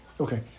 Okay